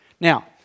Now